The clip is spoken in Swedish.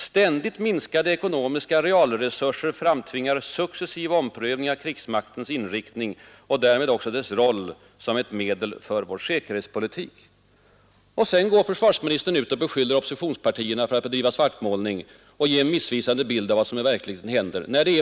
Ständigt minskade ekonomiska realresurser framtvingar successivt omprövning av krigsmaktens inriktning och därmed också dess roll som ett medel för vår säkerhetspolitik.” Det är mot den bakgrunden som försvarsministern går ut och beskyller oppositionspartierna för att bedriva svartmålning och ge en miss bild av vad som i verkligheten händer.